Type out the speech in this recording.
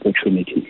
opportunity